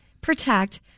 protect